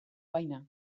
baina